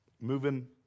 Moving